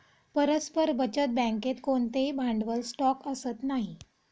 परस्पर बचत बँकेत कोणतेही भांडवल स्टॉक असत नाही